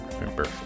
remember